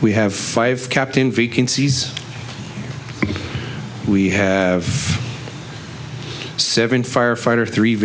we have five kept in vacancies we have seven firefighter three